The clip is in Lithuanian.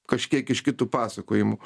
kažkiek iš kitų pasakojimų